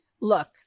Look